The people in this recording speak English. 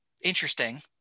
interesting